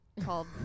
called